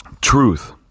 truth